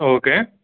okay